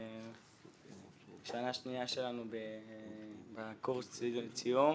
שנה שנייה שלנו בקורס צילום.